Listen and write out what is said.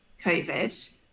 COVID